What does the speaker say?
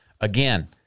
Again